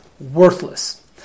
worthless